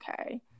okay